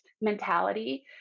mentality